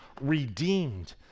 redeemed